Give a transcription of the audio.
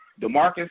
Demarcus